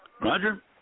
Roger